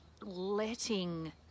letting